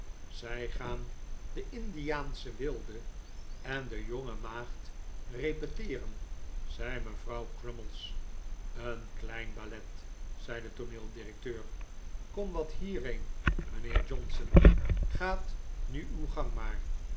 zij gaan de indiaansche wilde en de jonge maagd repeteeren zei mevrouw crummies een klein ballet zei de tooneeldirecteur kom wat hierheen mijnheer johnson gaat nu uw gang maar